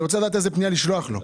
אני רוצה לדעת איזה פנייה לשלוח לו.